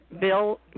Bill